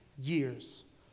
years